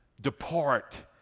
depart